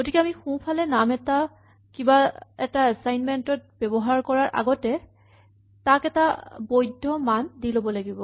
গতিকে আমি সোঁফালে নাম এটা কিবা এটা এচাইনমেন্ট ত ব্যৱহাৰ কৰাৰ আগতে তাক এটা বৈধ্য মান দি ল'ব লাগিব